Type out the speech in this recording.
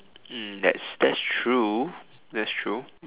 mm that's that's true that's true